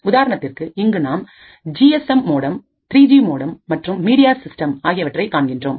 உதாரணத்திற்கு இங்கு நாம் ஜி எஸ் எம் மோடம் 3ஜி மோடம் மற்றும் மீடியா சிஸ்டம் ஆகியவற்றை காண்கின்றோம்